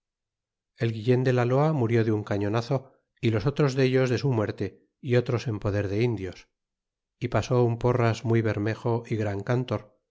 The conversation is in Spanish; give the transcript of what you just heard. el guillen de la loa murió de un cañonazo y los otros dellos de su muerte y otros en poder de indios y pasó un porras muy bermejo y gran cantor